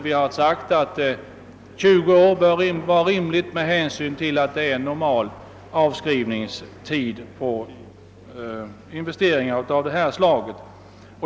Vi har sagt att 20 år bör vara rimligt med hänsyn till att det är en normal avskrivningstid på investeringar av det här slaget.